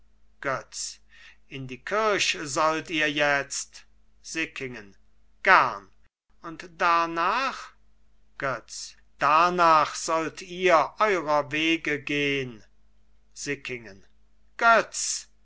götz in die kirch sollt ihr jetzt sickingen gern und darnach götz darnach sollt ihr eurer wege gehn sickingen götz